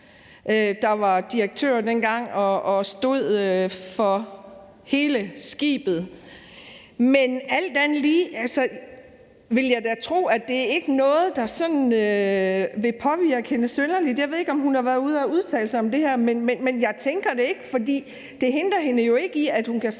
der var direktører dengang og stod for hele skibet. Men alt andet lige vil jeg da tro, at det ikke er noget, der sådan vil påvirke hende synderligt. Jeg ved ikke, om hun har været ude at udtale sig om det her, men jeg tænker det ikke, for det hindrer hende jo ikke i, at hun kan